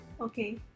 okay